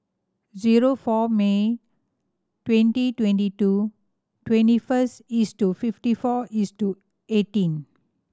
zero four May twenty twenty two twenty first to fifty four to eighteen